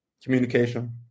Communication